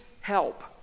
help